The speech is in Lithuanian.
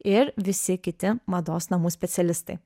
ir visi kiti mados namų specialistai